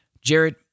Jared